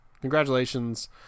Congratulations